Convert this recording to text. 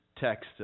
Text